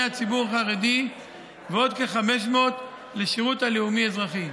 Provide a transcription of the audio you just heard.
הציבור החרדי ועוד כ-500 לשירות הלאומי-אזרחי.